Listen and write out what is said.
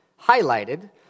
highlighted